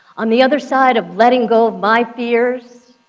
on the other side of letting go of my fears,